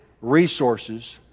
resources